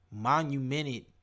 monumented